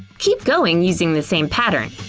keep going using the same pattern.